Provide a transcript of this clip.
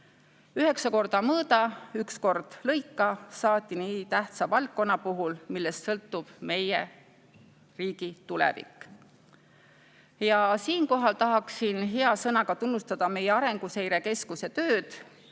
Üheksa korda mõõda, üks kord lõika – saati nii tähtsa valdkonna puhul, millest sõltub meie riigi tulevik. Siinkohal tahaksin hea sõnaga tunnustada meie Arenguseire Keskuse tööd.